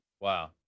Wow